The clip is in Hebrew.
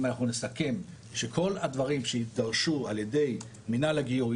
אם אנחנו נסכם שכל הדברים שידרשו ע"י מנהל הגיור,